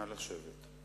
(חברי הכנסת מכבדים בקימה את זכרה של המנוחה.) נא לשבת.